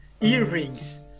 earrings